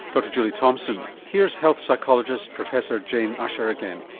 dr julie thompson. here's health psychologist professor jane ussher again.